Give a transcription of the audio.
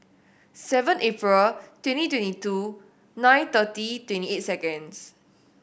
seven April twenty twenty two nine thirty twenty eight seconds